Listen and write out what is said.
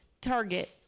Target